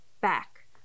back